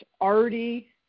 already